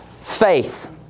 faith